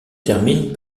termine